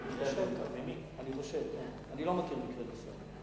אני חושב כך, כן, אני לא מכיר מקרים נוספים.